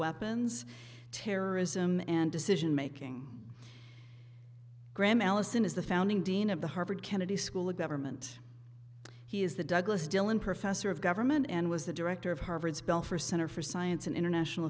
weapons terrorism and decision making graham allison is the founding dean of the harvard kennedy school of government he is the douglas dillon professor of government and was the director of harvard's belfer center for science and international